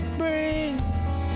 brings